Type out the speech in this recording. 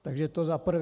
Takže to za prvé.